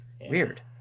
Weird